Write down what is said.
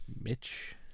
Mitch